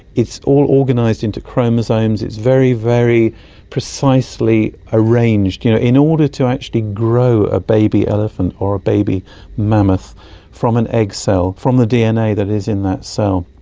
it's all organised into chromosomes, it's very, very precisely arranged. you know in order to actually grow a baby elephant or a baby mammoth from an egg cell, from the dna that is in that cell,